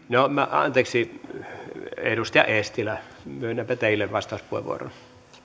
anteeksi edustaja eestilä myönnänpä teille vastauspuheenvuoron